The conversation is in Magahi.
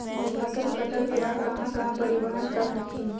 फसल कटल के बाद कहा कहा परिबहन कर हखिन?